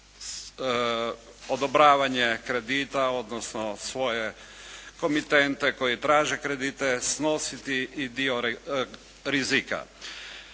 odobravanje kredita odnosno svoje komitente koji traže kredite snositi i dio rizika.